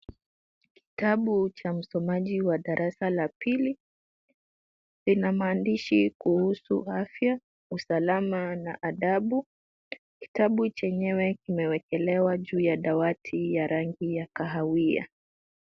Kitabu cha msomaji wa darasa la pili. Ina maandishi kuhusu afya, usalama na adabu. Kitabu chenyewe kimewekelewa juu ya dawati ya rangi ya kahawia.